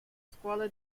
scuola